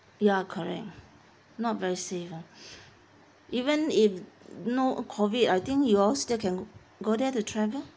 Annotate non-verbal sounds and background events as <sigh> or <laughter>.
ya correct not very safe ah <breath> even if no COVID I think you all still can go there to travel